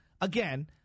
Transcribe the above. again